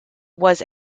was